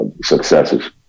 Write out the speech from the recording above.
successes